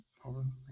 problem